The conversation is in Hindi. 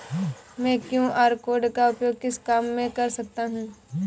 मैं क्यू.आर कोड का उपयोग किस काम में कर सकता हूं?